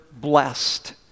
blessed